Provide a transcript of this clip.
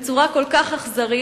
בצורה כל כך אכזרית,